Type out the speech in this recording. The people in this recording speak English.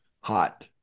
hot